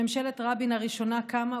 ממשלת רבין הראשונה קמה,